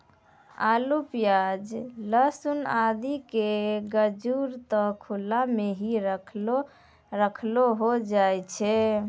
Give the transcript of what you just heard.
आलू, प्याज, लहसून आदि के गजूर त खुला मॅ हीं रखलो रखलो होय जाय छै